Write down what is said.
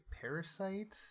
Parasite